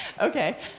Okay